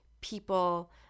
people